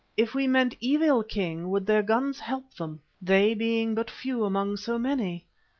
if we meant evil, king, would their guns help them, they being but few among so many.